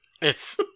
It's-